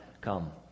come